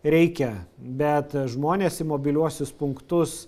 reikia bet žmonės į mobiliuosius punktus